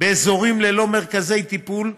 באזורים ללא מרכזי טיפול,